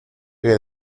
que